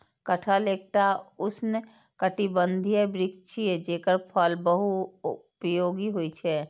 कटहल एकटा उष्णकटिबंधीय वृक्ष छियै, जेकर फल बहुपयोगी होइ छै